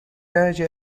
درجه